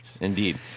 Indeed